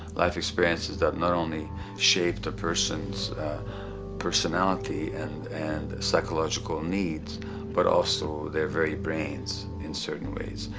life experiences that not only shape the person's personality and and psychological needs but also their very brains in certain ways.